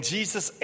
Jesus